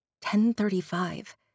10.35